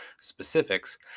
specifics